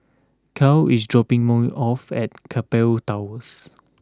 Carl is dropping me off at Keppel Towers